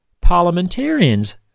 parliamentarians